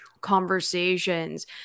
conversations